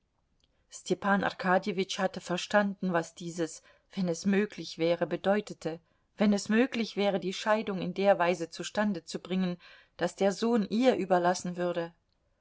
arkadjewitsch hatte verstanden was dieses wenn es möglich wäre bedeutete wenn es möglich wäre die scheidung in der weise zustande zu bringen daß der sohn ihr überlassen würde